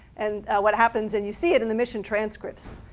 and what happens, and you see it in the mission transcripts,